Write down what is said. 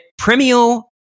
Premio